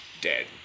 Dead